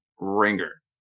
ringer